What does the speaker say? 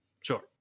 Sure